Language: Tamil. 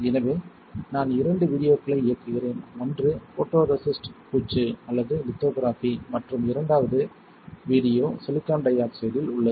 எனவே நான் இரண்டு வீடியோக்களை இயக்குகிறேன் ஒன்று ஃபோட்டோரெசிஸ்ட் பூச்சு அல்லது லித்தோகிராஃபி மற்றும் இரண்டாவது வீடியோ சிலிக்கான் டை ஆக்சைடில் உள்ளது